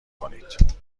کنید